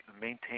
maintain